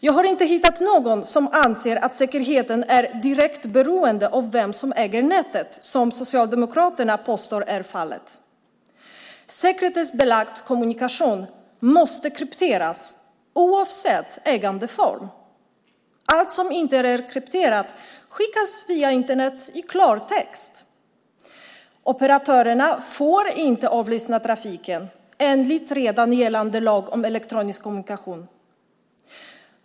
Jag har inte hittat någon som anser att säkerheten är direkt beroende av vem som äger nätet, som Socialdemokraterna påstår är fallet. Sekretessbelagd kommunikation måste krypteras oavsett ägandeform. Allt som inte är krypterat skickas i klartext via Internet. Operatörerna får inte avlyssna trafiken enligt redan gällande lag om elektronisk kommunikation.